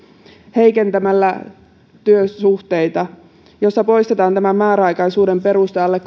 heikentämällä työsuhteita joista poistetaan määräaikaisuuden peruste alle